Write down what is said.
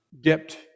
Dipped